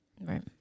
right